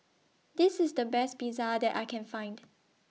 This IS The Best Pizza that I Can Find